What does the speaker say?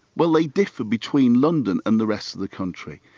well they differ between london and the rest of the country.